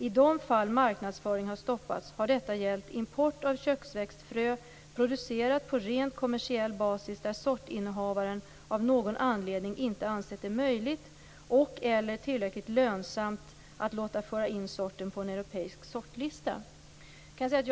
I de fall marknadsföring har stoppats, har detta gällt import av köksväxtfrö, producerat på rent kommersiell basis, där sortinnehavaren av någon anledning inte ansett det möjligt och eller tillräckligt lönsamt att låta föra in sorten på en europeisk sortlista."